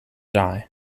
die